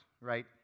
right